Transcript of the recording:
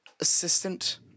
assistant